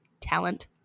talent